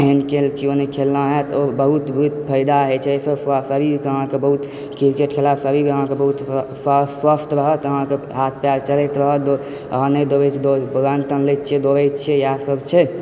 एहन खेल किओ नहि खेलने हैत आओर बहुत फायदा होइत छै एहिसँ पूरा शरीरके अहाँकेँ बहुत क्रिकेट खेललासँ शरीर अहाँके बहुत स्वस्थ रहत अहाँकेँ हाथ पयर चलैत रहत अहाँ नहि दौड़ै छी रन तन लय छियै दौड़ै छियै इएह सब छै